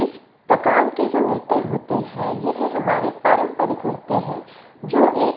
इस प्रकार के जो नृत्य होते है यह हमारे पारंपरिक नृत्य है जो एक